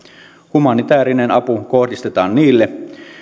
humanitäärinen apu kohdistetaan niille